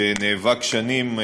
שנאבק שנים,